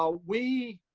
ah we,